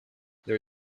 there